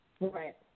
Right